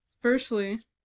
firstly